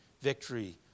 victory